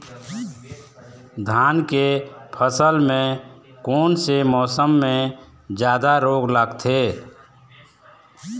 धान के फसल मे कोन से मौसम मे जादा रोग लगथे?